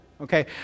okay